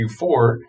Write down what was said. Q4